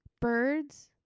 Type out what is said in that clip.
birds